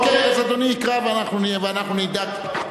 אוקיי, אז אדוני יקרא ואנחנו נדאג,